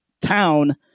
town